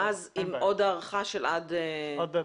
עם עוד הארכה עד מרס.